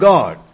God